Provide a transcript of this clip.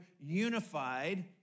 unified